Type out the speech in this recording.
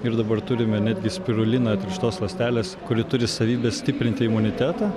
ir dabar turime netgi spiruliną tirštos ląstelės kuri turi savybę stiprinti imunitetą